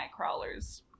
Nightcrawlers